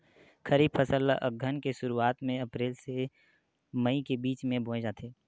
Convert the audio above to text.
खरीफ फसल ला अघ्घन के शुरुआत में, अप्रेल से मई के बिच में बोए जाथे